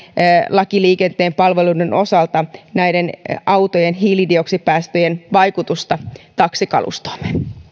lain liikenteen palveluista osalta näiden autojen hiilidioksidipäästöjen vaikutusta taksikalustoomme